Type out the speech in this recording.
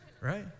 Right